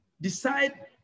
decide